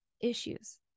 issues